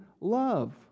love